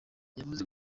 yavuze